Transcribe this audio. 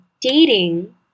dating